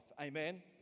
Amen